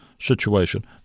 situation